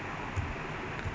confirm confirm